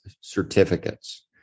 certificates